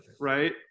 right